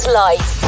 life